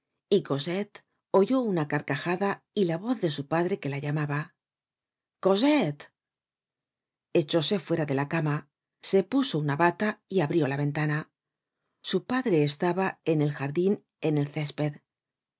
y cosette oyó una carcajada y la voz de su padre que la llamaba cosette echóse fuera de la cama se puso una bata y abrió la ventana su padre estaba en el jardin en el césped